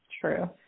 True